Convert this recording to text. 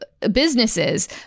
Businesses